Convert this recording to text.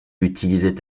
utilisait